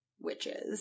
witches